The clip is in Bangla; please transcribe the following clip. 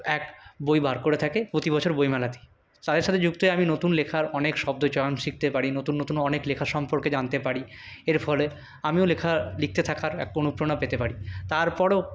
এক বই বার করে থাকে প্রতি বছর বই মেলাতেই তাদের সাথে যুক্ত হয়ে আমি নতুন লেখার অনেক শব্দচয়ন শিখতে পারি নতুন নতুন অনেক লেখা সম্পর্কে জানতে পারি এর ফলে আমিও লেখা লিখতে থাকার এক অনুপ্রেরণা পেতে পারি তারপরও